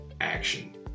action